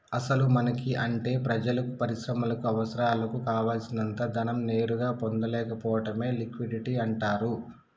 అసలు మనకి అంటే ప్రజలకు పరిశ్రమలకు అవసరాలకు కావాల్సినంత ధనం నేరుగా పొందలేకపోవడమే లిక్విడిటీ అంటారు